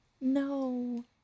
No